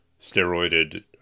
steroided